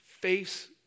face